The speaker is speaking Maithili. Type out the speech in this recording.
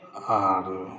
आर